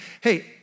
hey